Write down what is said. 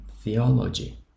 theology